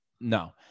No